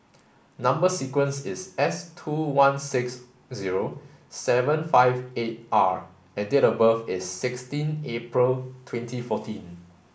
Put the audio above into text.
number sequence is S two one six zero seven five eight R and date of birth is sixteen April twenty fourteen